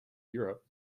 europe